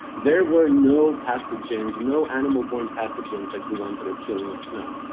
there were no pathogens, no animal borne pathogens like the ones that are killing us now.